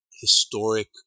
historic